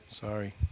Sorry